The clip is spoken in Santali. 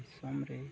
ᱫᱤᱥᱚᱢ ᱨᱮ